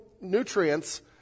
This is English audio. nutrients